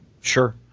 Sure